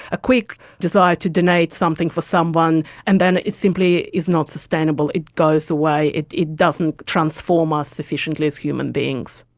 a quick desire to donate something for someone, and then it simply is not sustainable, it goes away, it it doesn't transform us sufficiently as human beings.